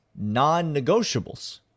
non-negotiables